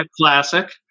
classic